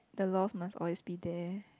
the lost must always be there